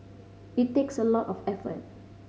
it takes a lot of effort